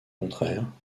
contraire